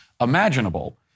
imaginable